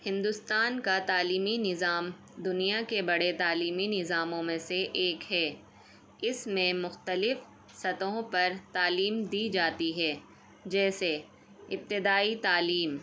ہندوستان کا تعلیمی نظام دنیا کے بڑے تعلیمی نظاموں میں سے ایک ہے اس میں مختلف سطحوں پر تعلیم دی جاتی ہے جیسے ابتدائی تعلیم